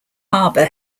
harbor